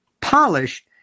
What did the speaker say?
polished